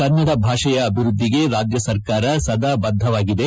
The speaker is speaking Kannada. ಕನ್ನಡ ಭಾಷೆಯ ಅಭಿವೃದ್ದಿಗೆ ರಾಜ್ಯ ಸರ್ಕಾರ ಸದಾ ಬದ್ದವಾಗಿದೆ